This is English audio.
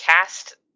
cast